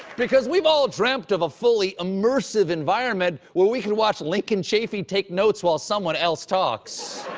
because we've all dreamt of a fully immersive environment where we could watch lincoln chafee take notes while someone else talks.